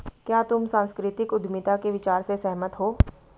क्या तुम सांस्कृतिक उद्यमिता के विचार से सहमत हो?